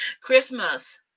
Christmas